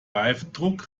reifendruck